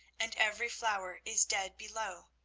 and every flower is dead below,